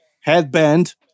headband